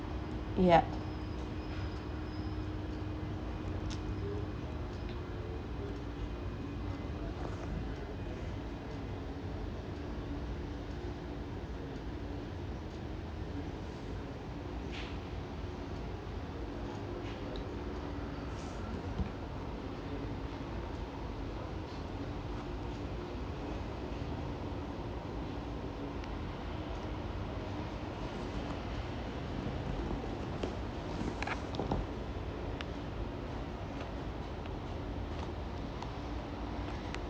ya